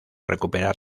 recuperar